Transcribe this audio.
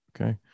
Okay